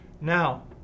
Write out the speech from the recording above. now